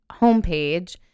homepage